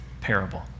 parable